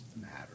matters